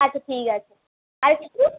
আচ্ছা ঠিক আছে আর কিছু